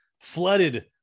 flooded